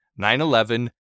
9-11